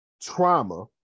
trauma